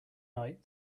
night